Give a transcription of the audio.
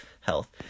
Health